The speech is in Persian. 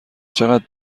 چقدر